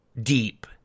deep